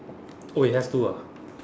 oh it has to ah